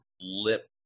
lip